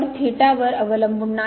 तर थीटा वर अवलंबून नाही